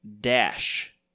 dash